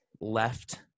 left